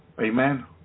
Amen